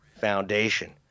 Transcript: Foundation